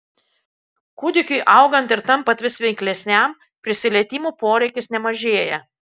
kūdikiui augant ir tampant vis veiklesniam prisilietimo poreikis nemažėja